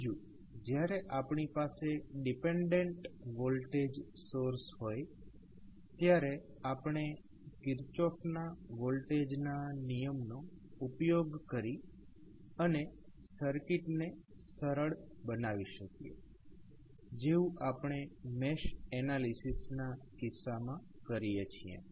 બીજું જયારે આપણી પાસે ડીપેન્ડેન્ટ વોલ્ટેજ સોર્સ હોય ત્યારે આપણે કિર્ચોફના વોલ્ટેજના નિયમનો ઉપયોગ કરી અને સર્કિટને સરળ બનાવી શકીએ જેવું આપણે મેશ એનાલિસીસ ના કિસ્સામાં કરીએ છીએ